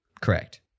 Correct